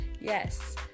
Yes